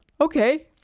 okay